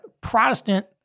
Protestant